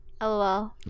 LOL